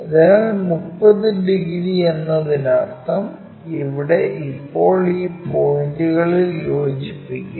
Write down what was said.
അതിനാൽ 30 ഡിഗ്രി എന്നതിനർത്ഥം ഇവിടെ ഇപ്പോൾ ഈ പോയിന്റുകളിൽ യോജിപ്പിക്കുക